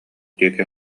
диэки